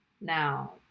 now